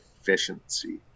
efficiency